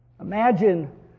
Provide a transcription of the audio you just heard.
Imagine